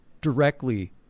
directly